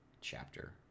chapter